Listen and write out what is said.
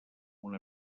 una